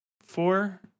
four